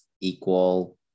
equal